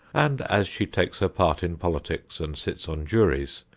and as she takes her part in politics and sits on juries,